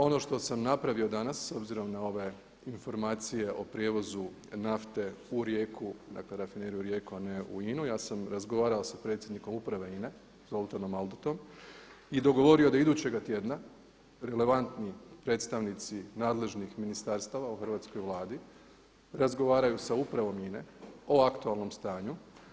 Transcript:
Ono što sam napravio danas s obzirom na ove informacije o prijevozu nafte u Rijeku, dakle rafineriju Rijeku a ne u INA-u, ja sam razgovarao sa predsjednikom uprave INA-e Zoltanom Aldottom i dogovorio da idućega tjedna relevantni predstavnici nadležnih ministarstava u hrvatskoj Vladi razgovaraju sa upravom INA-e o aktualnom stanju.